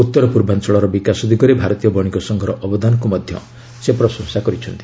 ଉତ୍ତର ପୂର୍ବାଞ୍ଚଳର ବିକାଶ ଦିଗରେ ଭାରତୀୟ ବଣିକ ସଂଘର ଅବଦାନକୁ ମଧ୍ୟ ସେ ପ୍ରଶଂସା କରିଛନ୍ତି